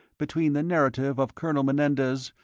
between the narrative of colonel menendez,